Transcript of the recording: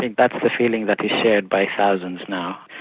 that's the feeling that is shared by thousands now.